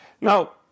Now